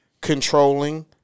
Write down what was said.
controlling